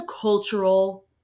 cultural